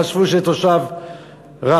חשבו שזה תושב רהט,